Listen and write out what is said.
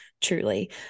Truly